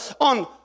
on